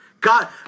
God